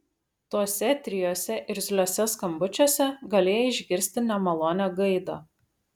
tuose trijuose irzliuose skambučiuose galėjai išgirsti nemalonią gaidą